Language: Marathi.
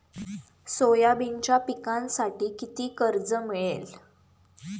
सोयाबीनच्या पिकांसाठी किती कर्ज मिळेल?